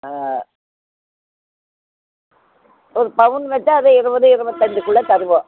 ஒரு பவுன் வச்சா அதை இருவது இருவதத்தஞ்சிக்குள்ள தருவோம்